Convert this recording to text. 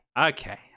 okay